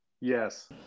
Yes